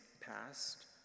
past